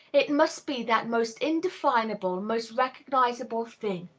it must be that most indefinable, most recognizable thing,